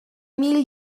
mil